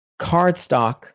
cardstock